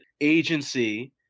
agency